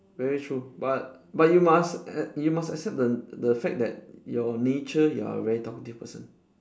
very true but but you must err you must accept the the fact that your nature you are a very talkative person